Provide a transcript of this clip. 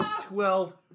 Twelve